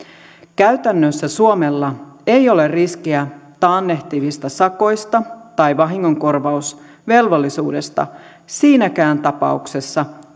käytännössä suomella ei ole riskiä taannehtivista sakoista tai vahingonkorvausvelvollisuudesta siinäkään tapauksessa